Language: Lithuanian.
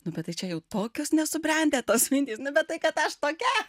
nu bet tai čia jau tokios nesubrendę tos mintys nu bet tai kad aš tokia